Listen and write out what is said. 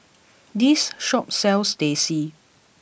this shop sells Teh C